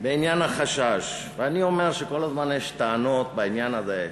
בעניין החשש: אני אומר שכל הזמן יש טענות בעניין הזה,